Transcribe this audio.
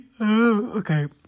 Okay